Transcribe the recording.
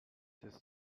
did